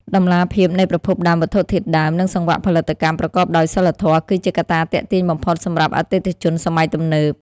តម្លាភាពនៃប្រភពដើមវត្ថុធាតុដើម និងសង្វាក់ផលិតកម្មប្រកបដោយសីលធម៌ គឺជាកត្តាទាក់ទាញបំផុតសម្រាប់អតិថិជនសម័យទំនើប។